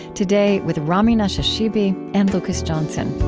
today, with rami nashashibi and lucas johnson